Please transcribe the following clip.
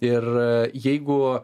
ir jeigu